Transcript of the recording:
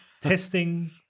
testing